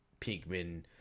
Pinkman